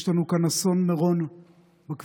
יש לנו כאן אסון מירון בכבישים.